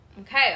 okay